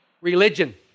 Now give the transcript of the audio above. Religion